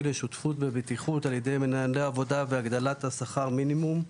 לשותפות בבטיחות על ידי מנהלי עבודה והגדלת שכר המינימום.